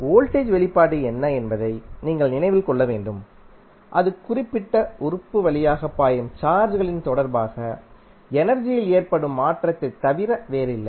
voltage வெளிப்பாடு என்ன என்பதை நீங்கள் நினைவில் கொள்ள வேண்டும் அது குறிப்பிட்ட உறுப்பு வழியாக பாயும் சார்ஜ்களின் தொடர்பாக எனர்ஜியில் ஏற்படும் மாற்றத்தைத் தவிர வேறில்லை